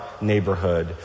neighborhood